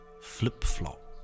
flip-flop